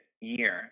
year